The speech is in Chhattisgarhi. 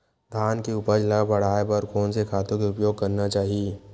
धान के उपज ल बढ़ाये बर कोन से खातु के उपयोग करना चाही?